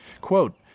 Quote